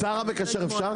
השר המקשר אפשר?